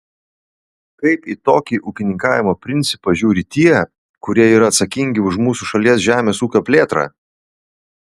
kaip į tokį ūkininkavimo principą žiūri tie kurie yra atsakingi už mūsų šalies žemės ūkio plėtrą